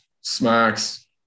smacks